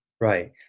Right